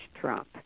Trump